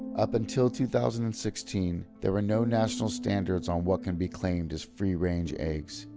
up until two thousand and sixteen, there were no national standards on what can be claimed as free range eggs.